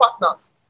partners